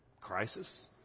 crisis